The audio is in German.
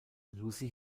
lucy